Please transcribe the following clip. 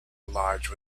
lodge